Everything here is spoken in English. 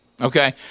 okay